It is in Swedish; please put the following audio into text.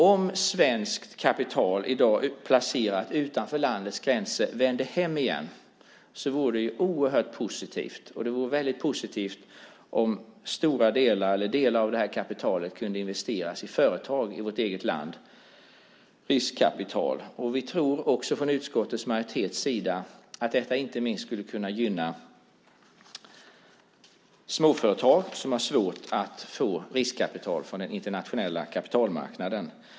Om svenskt kapital som i dag är placerat utanför landets gränser vänder hem igen vore det oerhört positivt om delar av det kunde investeras i företag i vårt eget land - riskkapital. Vi tror också från utskottets majoritets sida att detta inte minst skulle kunna gynna småföretag som har svårt att få riskkapital från den internationella kapitalmarknaden.